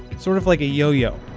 sort of like a yo-yo,